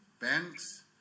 banks